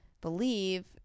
believe